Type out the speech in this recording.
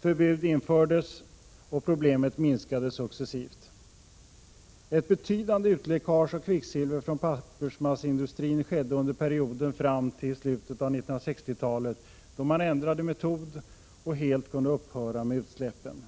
Förbud infördes och problemet minskade successivt. Ett betydande läckage av kvicksilver från pappersmasseindustrin skedde under perioden fram till slutet av 1960-talet, då man ändrade metod och helt kunde upphöra med utsläppen.